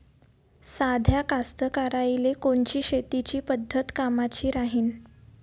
साध्या कास्तकाराइले कोनची शेतीची पद्धत कामाची राहीन?